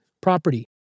property